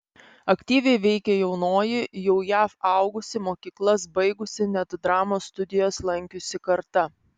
aktyviai veikė jaunoji jau jav augusi mokyklas baigusi net dramos studijas lankiusi karta